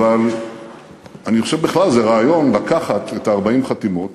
אבל אני חושב שבכלל זה רעיון לקחת את 40 החתימות